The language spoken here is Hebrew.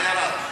זה ירד.